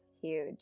huge